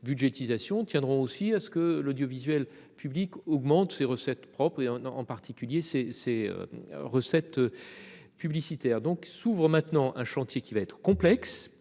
budgétisation tiendront aussi à ce que l'audiovisuel public augmente ses recettes propres et en en particulier ses ses recettes. Publicitaires donc s'ouvrent maintenant un chantier qui va être complexe